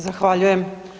Zahvaljujem.